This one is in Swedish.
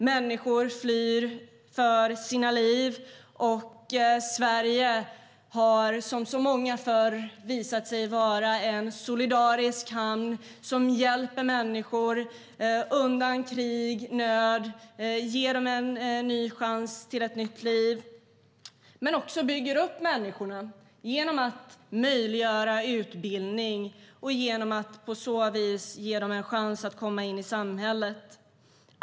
Människor flyr för sina liv. Sverige har som så många gånger förr visat sig vara en solidarisk hand som hjälper människor undan krig och nöd och ger dem en ny chans till ett nytt liv, men också bygger upp människorna genom att möjliggöra utbildning och genom att på så vis ge dem en chans att komma in i samhället.